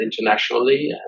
internationally